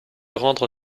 rendre